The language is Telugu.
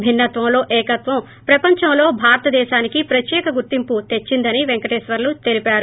భిన్నత్వంలో ఏకత్వం ప్రపంచంలో భారతదేశానికి ప్రత్యేక గుర్తింపు తెచ్చిందని పెంకటేశ్వర్లు తెలిపారు